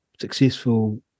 Successful